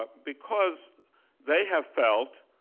but because they have felt,